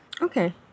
Okay